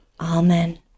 Amen